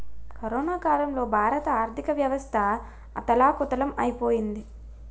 corona కాలంలో భారత ఆర్థికవ్యవస్థ అథాలకుతలం ఐపోయింది